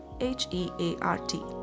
H-E-A-R-T